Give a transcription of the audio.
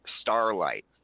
Starlight